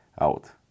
out